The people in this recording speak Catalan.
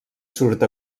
surt